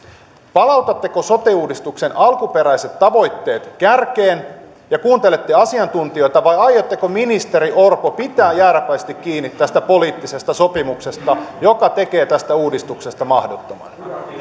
palautatteko sote uudistuksen alkuperäiset tavoitteet kärkeen ja kuuntelette asiantuntijoita vai aiotteko ministeri orpo pitää jääräpäisesti kiinni tästä poliittisesta sopimuksesta joka tekee tästä uudistuksesta mahdottoman